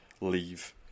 leave